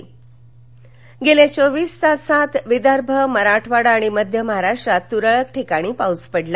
हवामान गेल्या चोवीस तासांत विदर्भ मराठवाडा आणि मध्य महाराष्ट्रात तुरळक ठिकाणी पाऊस पडला